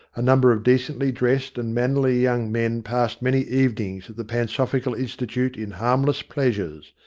a number of decently-dressed and mannerly young men passed many evenings at the pansophical institute in harmless pleasures,